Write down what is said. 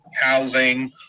housing